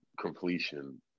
completion